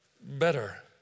better